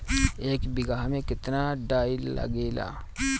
एक बिगहा में केतना डाई लागेला?